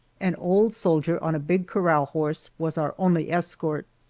an old soldier on a big corral horse was our only escort,